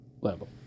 level